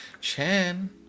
Chan